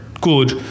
good